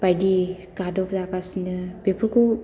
बायदि गादब जागासिनो बेफोरखौ